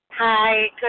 Hi